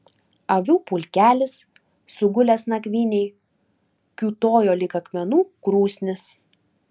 avių pulkelis sugulęs nakvynei kiūtojo lyg akmenų krūsnis